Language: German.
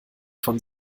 von